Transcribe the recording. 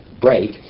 break